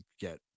get